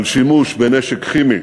על שימוש בנשק כימי